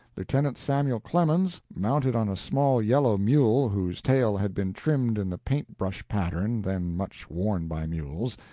lieutenant samuel clemens, mounted on a small yellow mule whose tail had been trimmed in the paint-brush pattern then much worn by mules,